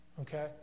Okay